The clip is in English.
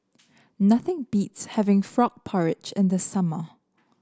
nothing beats having Frog Porridge in the summer